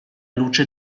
luce